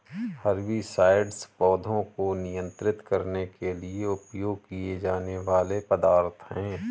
herbicides पौधों को नियंत्रित करने के लिए उपयोग किए जाने वाले पदार्थ हैं